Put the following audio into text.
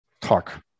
talk